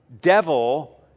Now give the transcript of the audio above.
devil